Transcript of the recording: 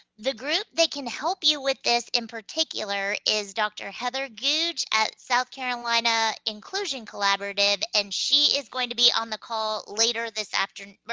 the group that can help you with this in particular is dr. heather googe at south carolina inclusion collaborative, and she is going to be on the call later this afternoon, or,